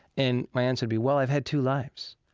and my answer would be, well, i've had two lives.